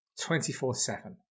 24-7